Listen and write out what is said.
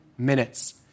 Minutes